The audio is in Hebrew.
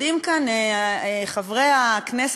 יודעים כאן חברי הכנסת,